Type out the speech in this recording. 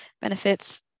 benefits